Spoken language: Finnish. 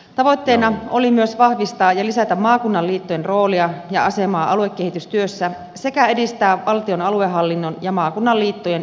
tavoitteena oli myös vahvistaa ja lisätä maakunnan liittojen roolia ja asemaa aluekehitystyössä sekä edistää valtion aluehallinnon ja maakunnan liittojen yhteistyötä